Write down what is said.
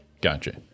Gotcha